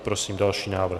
Prosím o další návrh.